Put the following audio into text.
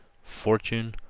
fortune,